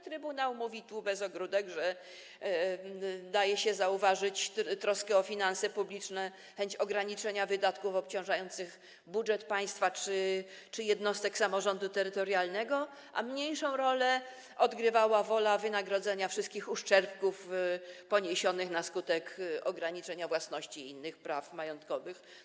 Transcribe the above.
Trybunał mówi tu bez ogródek, że daje się zauważyć troskę o finanse publiczne, chęć ograniczenia wydatków obciążających budżet państwa czy jednostek samorządu terytorialnego, a mniejszą rolę odgrywała wola wynagrodzenia wszystkich uszczerbków poniesionych na skutek ograniczenia własności i innych praw majątkowych.